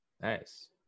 Nice